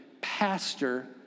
pastor